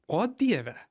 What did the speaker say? o dieve